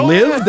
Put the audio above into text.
Live